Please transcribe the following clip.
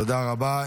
תודה רבה.